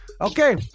Okay